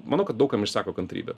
manau kad daug kam išseko kantrybė